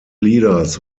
leaders